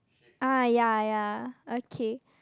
ah ya ya okay